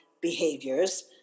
behaviors